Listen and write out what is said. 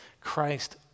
Christ